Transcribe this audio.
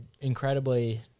incredibly